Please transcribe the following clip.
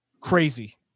Crazy